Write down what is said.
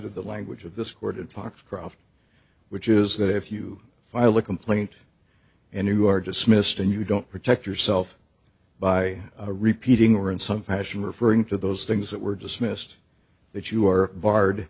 recited the language of this court and foxcroft which is that if you file a complaint and you are dismissed and you don't protect yourself by repeating or in some fashion referring to those things that were dismissed that you are barred